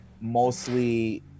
mostly